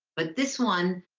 but this one,